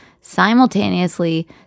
simultaneously